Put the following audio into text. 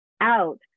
out